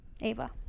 Ava